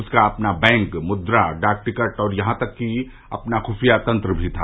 उसका अपना बैंक मुद्रा डाक टिकट और यहां तक कि अपना खुफिया तंत्र भी था